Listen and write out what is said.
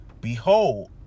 Behold